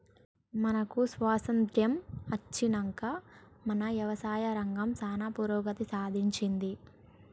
మనకు స్వాతంత్య్రం అచ్చినంక మన యవసాయ రంగం సానా పురోగతి సాధించింది